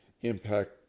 impact